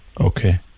Okay